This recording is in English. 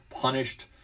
punished